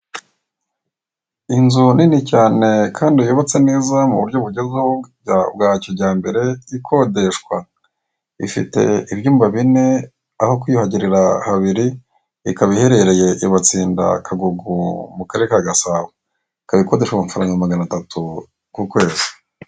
Inzu nini cyane kandi yubatse neza mu buryo bugezweho bwa kijyambere ikodeshwa ifite ibyumba bine aho kwiyuhagirira habiri ikaba iherereye i Batsinda kagugu mu karere ka Gasabo ikaba ikodeshwa amafaranga maganatatu ku kwezi.